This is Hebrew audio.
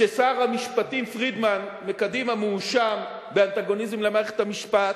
כששר המשפטים פרידמן מקדימה מואשם באנטגוניזם למערכת המשפט,